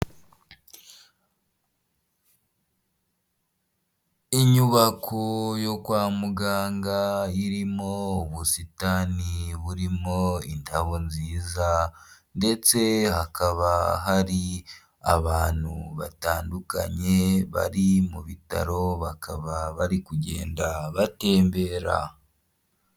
Inyubako yo kwa muganga irimo ubusitani burimo indabo nziza ndetse hakaba hari abantu batandukanye bari mu bitaro bakaba bari kugenda batembera.